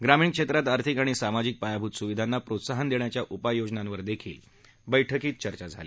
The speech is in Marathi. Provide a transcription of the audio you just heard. ग्रामीण क्षेत्रात आर्थिक आणि सामाजिक पायाभूत सुविधांना प्रोत्साहन देण्याच्या उपाययोजनांवरही बैठकीत चर्चा झाली